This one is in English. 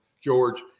George